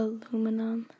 Aluminum